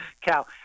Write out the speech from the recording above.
cow